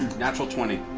natural twenty.